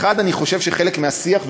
אני חושב שחלק מהשיח,